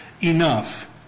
enough